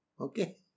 Okay